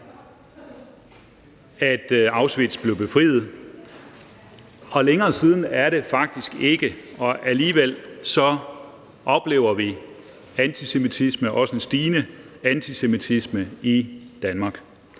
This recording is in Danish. at Auschwitz blev befriet – og længere siden er det faktisk ikke. Alligevel oplever vi antisemitisme, også en stigende antisemitisme i Danmark.